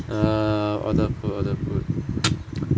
err order food order food